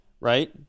right